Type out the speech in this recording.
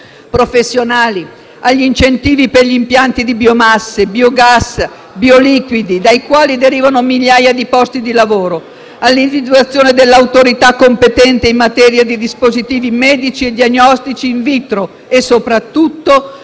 professionali, agli incentivi per gli impianti di biomasse, biogas e bioliquidi, dai quali derivano migliaia di posti di lavoro; all'individuazione dell'autorità competente in materia di dispositivi medici e diagnostici *in vitro*; penso soprattutto